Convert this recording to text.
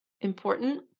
important